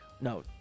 No